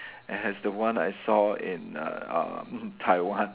as the one I saw in uh uh mm Taiwan